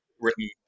written